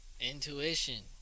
Intuition